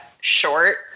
short